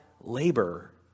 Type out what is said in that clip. labor